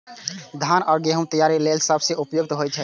धान आ गहूम तैयारी लेल ई सबसं उपयुक्त होइ छै